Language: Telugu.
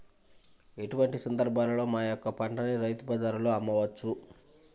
ఎటువంటి సందర్బాలలో మా యొక్క పంటని రైతు బజార్లలో అమ్మవచ్చు?